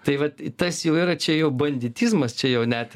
tai vat tas jau yra čia jau banditizmas čia jau net